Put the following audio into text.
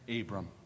Abram